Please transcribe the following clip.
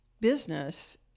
business